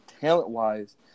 talent-wise